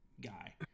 guy